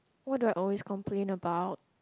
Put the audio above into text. what do I always complain about